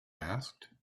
asked